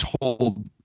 told